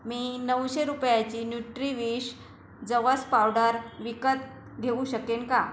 मी नऊशे रुपयाची न्युट्रीविश जवस पावडर विकत घेऊ शकेन का